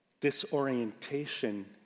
disorientation